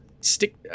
stick